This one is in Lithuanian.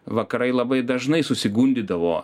vakarai labai dažnai susigundydavo